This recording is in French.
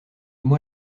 moi